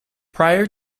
prior